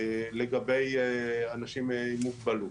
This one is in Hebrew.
לגבי אנשים עם מוגבלות.